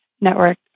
network